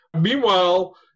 Meanwhile